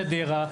חדרה,